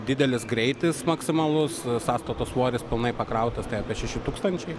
didelis greitis maksimalus sąstato svoris pilnai pakrautas tai apie šeši tūkstančiai